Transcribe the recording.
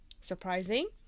surprising